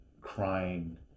crying